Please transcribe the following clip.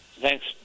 Thanks